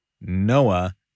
Noah